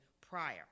prior